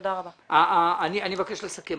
אני מבקש לסכם.